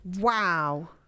Wow